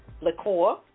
liqueur